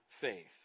faith